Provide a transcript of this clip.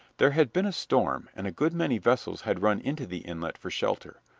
there had been a storm, and a good many vessels had run into the inlet for shelter.